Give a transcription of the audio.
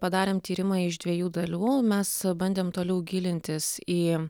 padarėm tyrimą iš dviejų dalių mes bandėm toliau gilintis į